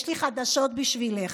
יש לי חדשות בשבילך: